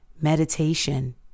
Meditation